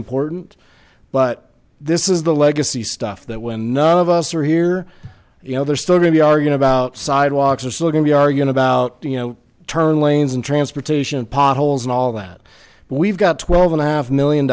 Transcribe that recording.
important but this is the legacy stuff that when none of us are here you know they're still really are you know about sidewalks are still going to be arguing about you know turn lanes and transportation potholes and all that we've got twelve and a half million